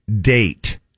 date